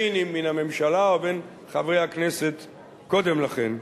אם מן הממשלה ואם חברי הכנסת קודם לכן.